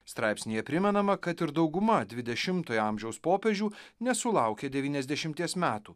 straipsnyje primenama kad ir dauguma dvidešimtojo amžiaus popiežių nesulaukė devyniasdešimties metų